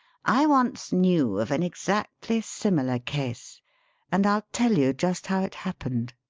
i once knew of an exactly similar case and i'll tell you just how it happened.